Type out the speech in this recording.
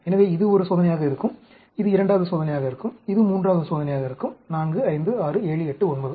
எனவே இது ஒரு சோதனையாக இருக்கும் இது இரண்டாவது சோதனையாக இருக்கும் இது மூன்றாவது சோதனையாக இருக்கும் 4 5 6 7 8 9